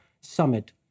summit